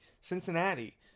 Cincinnati